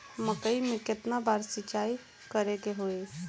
मकई में केतना बार सिंचाई करे के होई?